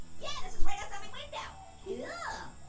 yeah this is right outside my window. cool.